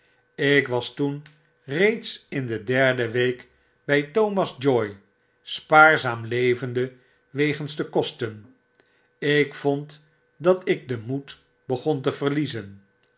ik was toen reeds in de derde week by thomas joy spaarzaam levende wegens de kosten ik vond dat ik den moed begon te verliezen